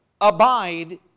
abide